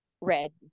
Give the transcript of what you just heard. red